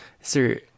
sir